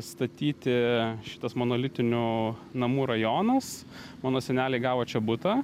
statyti šitas monolitinių namų rajonas mano seneliai gavo čia butą